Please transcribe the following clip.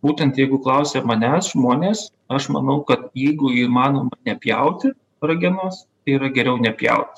būtent jeigu klausia manęs žmonės aš manau kad jeigu įmanoma nepjauti ragenos tai yra geriau nepjauti